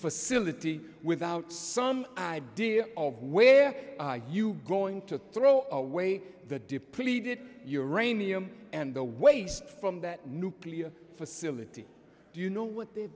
silty without some idea of where are you going to throw away the depleted uranium and the waste from that nuclear facility you know what